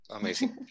Amazing